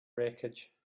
wreckage